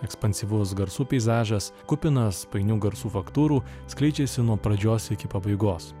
ekspansyvus garsų peizažas kupinas painių garsų faktūrų skleidžiasi nuo pradžios iki pabaigos